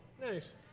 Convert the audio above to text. Nice